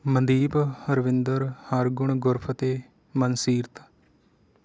Mandeep Harvinder Hargun Gurfateh Mansirat